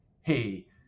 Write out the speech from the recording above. hey